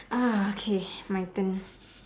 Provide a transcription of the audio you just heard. ah okay my turn